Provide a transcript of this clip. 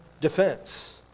defense